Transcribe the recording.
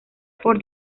por